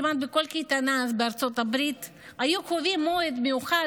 כמעט בכל קייטנה אז בברית המועצות היו קובעים מועד מיוחד,